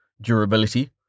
durability